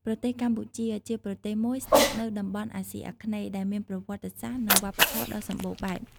ប្រទេសកម្ពុជា ជាប្រទេសមួយស្ថិតនៅតំបន់អាស៊ីអាគ្នេយ៍ ដែលមានប្រវត្តិសាស្ត្រ និងវប្បធម៌ដ៏សម្បូរបែប។